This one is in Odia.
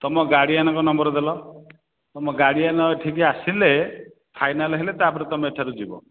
ତୁମ ଗାଡିୟାନ୍ଙ୍କ ନମ୍ବର୍ ଦେଲ ତୁମ ଗାଡିୟାନ୍ ଏଠିକି ଆସିଲେ ଫାଇନାଲ୍ ହେଲେ ତା'ପରେ ତୁମେ ଏଠାରୁ ଯିବ